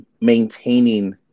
maintaining